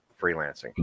freelancing